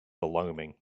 alarming